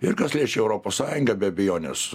ir kas liečia europos sąjungą be abejonės